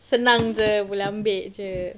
senang jer boleh ambil jer